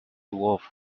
wolfed